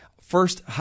first